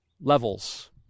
levels